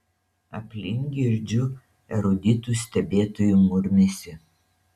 aplink girdžiu eruditų stebėtojų murmesį